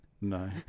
No